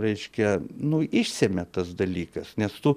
reiškia nu išsemia tas dalykas nes tu